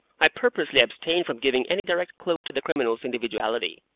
i purposely abstain from giving any direct clue to the criminal's individuality.